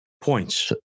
Points